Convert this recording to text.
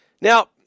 Now